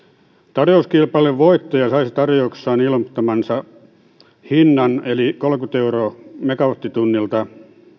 tarjouskilpailun voittaja saisi tarjouksessaan ilmoittamansa hinnan eli kolmekymmentä euroa megawattitunnilta